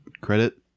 credit